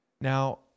Now